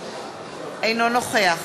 אינו נוכח